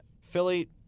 Philly